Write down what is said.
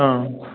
অঁ